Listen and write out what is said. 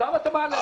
סתם אתה מעלה.